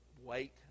wait